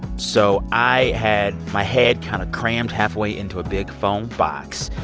so i had my head kind of crammed halfway into a big foam box.